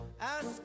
Ask